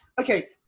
Okay